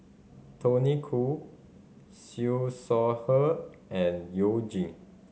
Tony Khoo Siew Shaw Her and You Jin